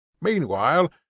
Meanwhile